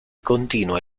continua